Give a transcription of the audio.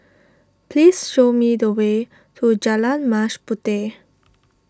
please show me the way to Jalan Mas Puteh